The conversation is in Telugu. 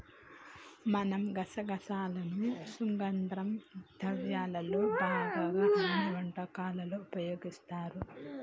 మనం గసగసాలను సుగంధ ద్రవ్యాల్లో భాగంగా అన్ని వంటకాలలో ఉపయోగిస్తారు